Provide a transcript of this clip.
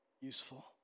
Useful